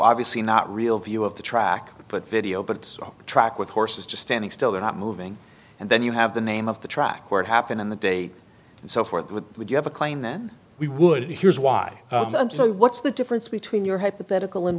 obviously not real view of the track but video but it's a track with horses just standing still they're not moving and then you have the name of the track where it happened in the day and so forth what would you have a claim then we would here's why i'm so what's the difference between your hypothetical and